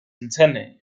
antennae